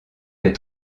des